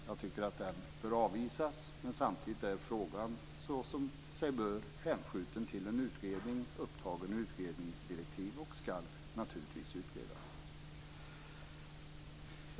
Jag tycker att det bör avvisas. Men samtidigt är frågan, så som sig bör, hänskjuten till en utredning och upptagen i utredningsdirektiven, och den ska naturligtvis utredas.